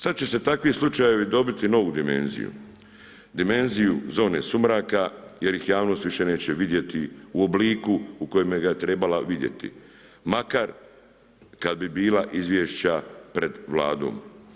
Sada će se takvi slučajevi dobiti novu dimenziju, dimenziju zone sumraka jer ih javnost više neće vidjeti u obliku u kojemu ga je trebala vidjeti makar kada bi bila izvješća pred Vladom.